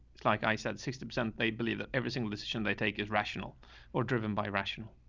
it's like i said, sixty percent they believe that every single decision they take is rational or driven by rational.